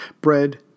bread